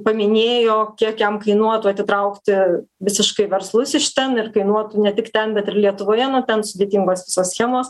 paminėjo kiek jam kainuotų atitraukti visiškai verslus iš ten ir kainuotų ne tik ten bet ir lietuvoje nu ten sudėtingos schemos